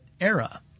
era